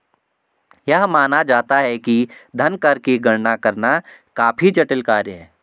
यह माना जाता है कि धन कर की गणना करना काफी जटिल कार्य है